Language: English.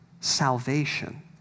salvation